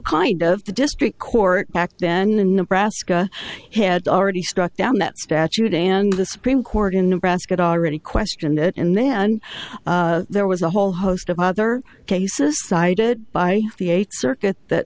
kind of the district court back then and nebraska had already struck down that statute and the supreme court in nebraska already questioned it and then there was a whole host of other cases cited by the eighth circuit that